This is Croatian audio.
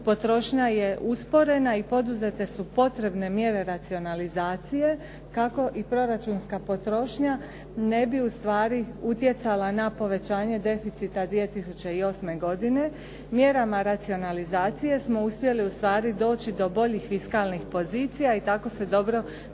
potrošnja je usporena i poduzete su potrebne mjere racionalizacije i proračunska potrošnja ne bi ustvari utjecala na povećanje deficita 2008. godine. Mjerama racionalizacije smo uspjeli ustvari doći do boljih fiskalnih pozicija i tako se dobro pripremiti